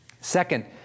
Second